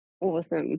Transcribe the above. Awesome